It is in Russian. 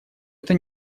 эта